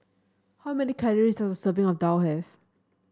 how many calories does a serving of daal have